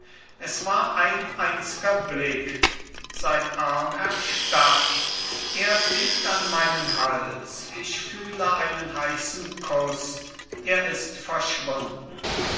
es war ein einzger blick sein arm erstarrt er fliegt an meinen hals ich fühle einen heißen kuß er ist verschwunden